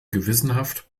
gewissenhaft